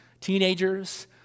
teenagers